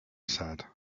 said